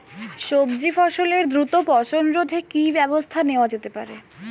সবজি ফসলের দ্রুত পচন রোধে কি ব্যবস্থা নেয়া হতে পারে?